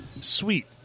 sweet